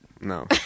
No